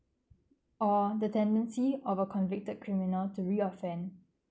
or the tendency of a convicted criminal to re-offend